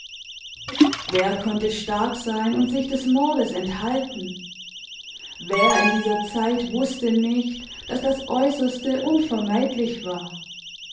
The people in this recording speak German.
wer konnte stark sein und sich des mordes enthalten wer in dieser zeit wußte nicht daß das äußerste unvermeidlich war